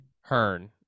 Hearn